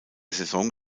saison